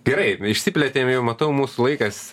gerai išsiplėtėm jau matau mūsų laikas